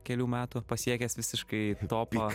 kelių metų pasiekęs visiškai topą